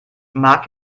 marc